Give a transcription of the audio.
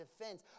defense